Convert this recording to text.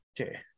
Okay